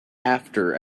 after